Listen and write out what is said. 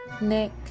Nick